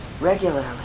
regularly